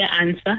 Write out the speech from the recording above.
answer